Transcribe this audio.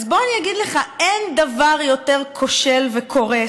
אז בוא אני אגיד לך: אין דבר יותר כושל וקורס